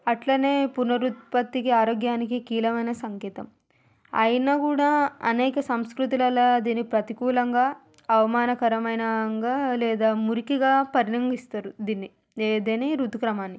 అట్లనే పునరుత్పత్తికి ఆరోగ్యానికి కీలమయిన సంకేతం అయినా కూడా అనేక సంస్కృతులలా దీన్ని ప్రతికూలంగా అవమానకరమయినంగా లేదా మురికిగా పరిగణిస్తారు దీన్ని ఏదేని ఋతుక్రమాన్ని